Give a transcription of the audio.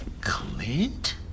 Clint